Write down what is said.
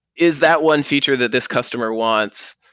is that one feature that this customer wants,